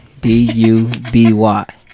d-u-b-y